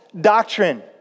doctrine